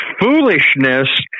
foolishness